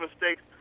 mistakes